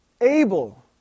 able